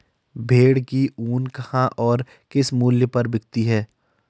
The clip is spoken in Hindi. भेड़ की ऊन कहाँ और किस मूल्य पर बिकती है?